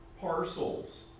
parcels